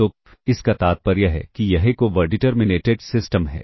तो इसका तात्पर्य है कि यह एक ओवर डिटर्मिनेटेड सिस्टम है